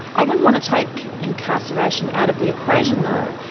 i wouldn't want to take incarceration out of the equation though.